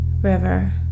river